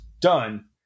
done